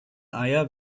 eier